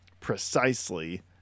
precisely